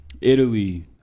Italy